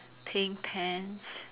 pink pants